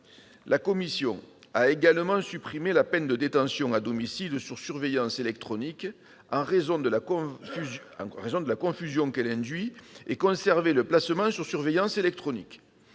La commission a également supprimé la peine de détention à domicile sous surveillance électronique, en raison de la confusion qu'elle induit, et conservé le placement sous surveillance électronique.